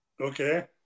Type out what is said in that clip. Okay